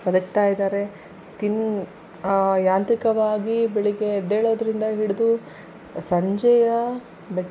ಬದುಕ್ತಾಯಿದ್ದಾರೆ ತಿನ್ ಯಾಂತ್ರಿಕವಾಗಿ ಬೆಳಗ್ಗೆ ಎದ್ದೇಳೋದರಿಂದ ಹಿಡಿದು ಸಂಜೆಯ ಬೆಡ್